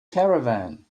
caravan